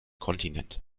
kontinent